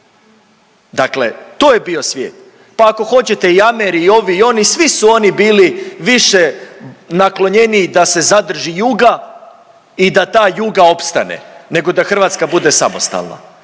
Dakle, to je bio svijet. Pa ako hoćete i ameri i ovi i oni svi su oni bili više naklonjeniji da se zadrži Juga i da ta Juga opstane, nego da Hrvatska bude samostalna.